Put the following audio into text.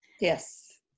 Yes